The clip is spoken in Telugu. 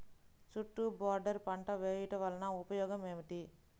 చుట్టూ బోర్డర్ పంట వేయుట వలన ఉపయోగం ఏమిటి?